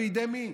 בידי מי?